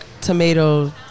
tomato